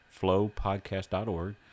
flowpodcast.org